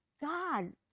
God